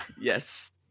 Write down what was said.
Yes